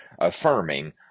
affirming